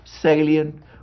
salient